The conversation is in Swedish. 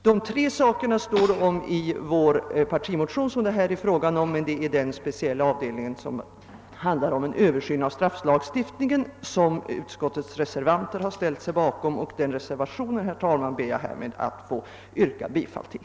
Dessa tre saker behandlas i vår partimotion, men det är den speciella del som berör en översyn av strafflagstiftningen som utskottets reservanter har ställt sig bakom, och till deras reservation ber jag, herr talman, att få yrka bifall.